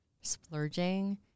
Splurging